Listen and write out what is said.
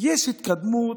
יש התקדמות,